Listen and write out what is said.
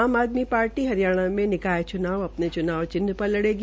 आज आदमी पार्टी हरियाणा के निकाय च्नाव अपने च्नाव चिन्ह पर लड़ेगी